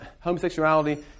homosexuality